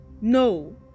No